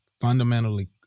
fundamentally